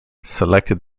selected